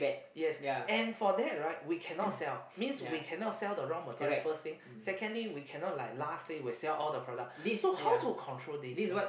yes and for that right we cannot sell means we cannot sell the raw material first thing secondly we cannot like lastly sell the product so how we control this ah